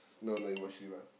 no no it was Chivas